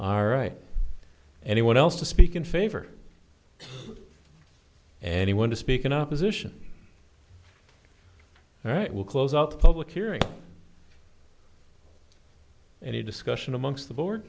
aright anyone else to speak in favor and he want to speak in opposition right will close up a public hearing and a discussion amongst the board